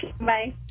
Bye